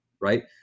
right